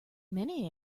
many